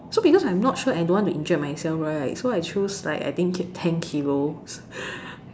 so because I am not sure I don't want to injure myself right so I choose like I think ten kilos